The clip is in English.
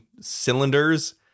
cylinders